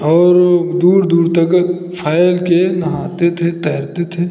और दूर दूर तक फ़ैल के नहाते थे तैरते थे